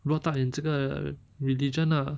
brought up in 这个 religion lah